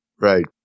Right